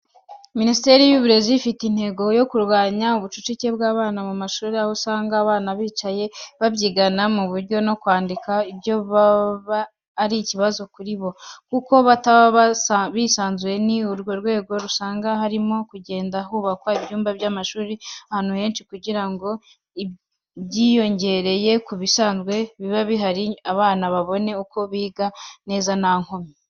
Minisiteri y'uburezi ifite intego yo kurwanya ubucucike bw'abana mu ishuri aho usanga abana bicaye babyigana ku buryo no kwandika ibyo biga aba ari ikibazo kuri bo, kuko bataba bisanzuye ni muri urwo rwego rero usanga harimo kugenda hubakwa ibyuma by'amashuri ahantu henshi kugira ngo byiyongere ku bisanzwe bihari hanyuma abana babone uko biga neza nta nkomyi.